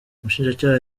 umushinjacyaha